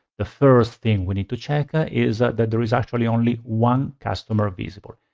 the first thing we need to check ah is ah that there is actually only one customer visible.